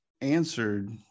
answered